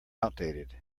outdated